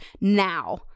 now